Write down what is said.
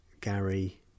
gary